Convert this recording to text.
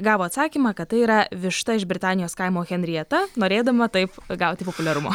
gavo atsakymą kad tai yra višta iš britanijos kaimo henrieta norėdama taip gauti populiarumo